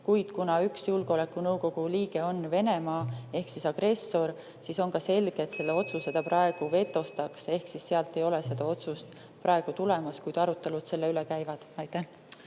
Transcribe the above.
Kuna aga üks julgeolekunõukogu liige on Venemaa ehk agressor, siis on selge, et selle otsuse ta praegu vetostaks. Ehk sealt ei ole seda otsust praegu tulemas, kuid arutelud selle üle käivad. Nüüd